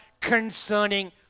concerning